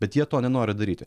bet jie to nenori daryti